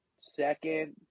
second